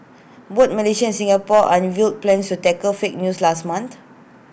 both Malaysia and Singapore unveiled plans to tackle fake news last month